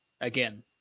again